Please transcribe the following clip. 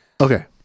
Okay